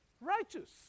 Righteous